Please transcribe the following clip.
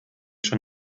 schon